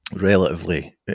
relatively